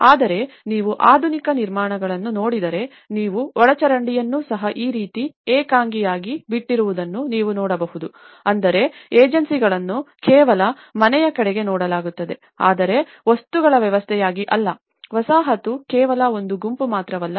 ಆದರೆ ನೀವು ಆಧುನಿಕ ನಿರ್ಮಾಣಗಳನ್ನು ನೋಡಿದರೆ ನೀವು ಒಳಚರಂಡಿಯನ್ನು ಸಹ ಈ ರೀತಿ ಏಕಾಂಗಿಯಾಗಿ ಬಿಟ್ಟಿರುವುದನ್ನು ನೀವು ನೋಡಬಹುದು ಅಂದರೆ ಏಜೆನ್ಸಿಗಳನ್ನು ಕೇವಲ ಮನೆಯ ಕಡೆಗೆ ನೋಡಲಾಗುತ್ತದೆ ಆದರೆ ವಸ್ತುಗಳ ವ್ಯವಸ್ಥೆಯಾಗಿ ಅಲ್ಲ ವಸಾಹತು ಕೇವಲ ಒಂದು ಗುಂಪು ಮಾತ್ರವಲ್ಲ